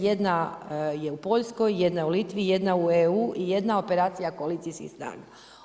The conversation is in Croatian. Jedna je u Poljskoj, jedna je u Litvi, jedna u EU i jedna operacija koalicijskih snaga.